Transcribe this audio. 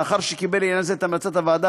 לאחר שקיבל לעניין זה את המלצת הוועדה